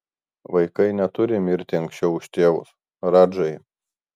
vaikai neturi mirti anksčiau už tėvus radžai